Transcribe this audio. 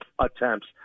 attempts